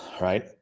right